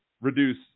reduce